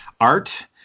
art